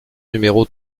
numéro